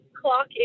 clock